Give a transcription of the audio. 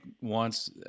wants